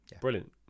brilliant